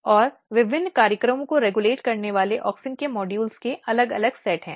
और विभिन्न कार्यक्रमों को रेगुलेट करने वाले ऑक्सिन के मॉड्यूल के अलग अलग सेट हैं